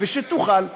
ושתוכל,